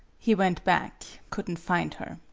he went back could n't find her.